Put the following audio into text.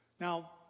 Now